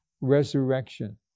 resurrection